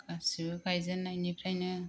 गासैबो गायजेननायनिफ्रायनो